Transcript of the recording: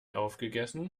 aufgegessen